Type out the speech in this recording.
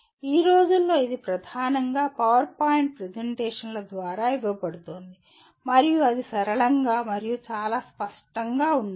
ఈ రోజుల్లో ఇది ప్రధానంగా పవర్ పాయింట్ ప్రెజెంటేషన్ల ద్వారా ఇవ్వబడుతుంది మరియు అది సరళంగా మరియు చాలా స్పష్టంగా ఉండాలి